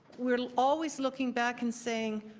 we're always looking back and saying,